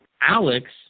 Alex